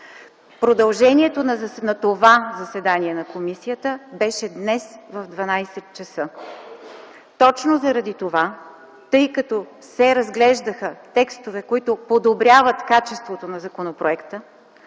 Продължението на това заседание на комисията беше днес в 12,00 ч. Точно заради това, тъй като се разглеждаха текстове, които подобряват качеството на законопроекта,